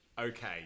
okay